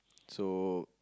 so